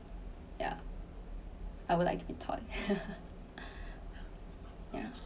ya I would like to be taught ya